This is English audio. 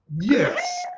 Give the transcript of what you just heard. yes